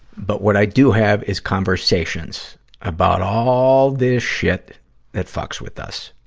but what i do have is conversations about all this shit that fucks with us.